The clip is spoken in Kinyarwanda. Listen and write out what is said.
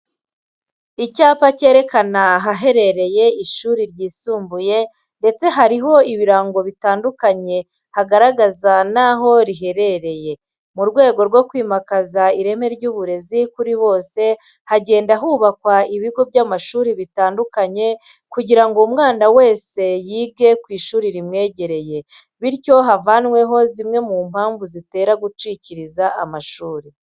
Icyapa kerekana ahaherereye ishuri ryisumbuye ndetse hariho ibirango bitandukanye hagaragaza n'aho riherereye. Mu rwego rwo kwimakaza ireme ry'uburezi kuri bose hagenda hubakwa ibigo by'amashuri bitandukanye kugira ngo umwana wese yige ku ishuri rimwegereye, bityo havanweho zimwe mu mpamvu zitera gucikiriza amashuri.